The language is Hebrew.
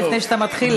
לפני שאתה מתחיל,